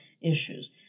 issues